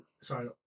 sorry